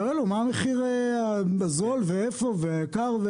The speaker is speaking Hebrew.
ירשום לו מה המחיר הזול ואיפה יקר.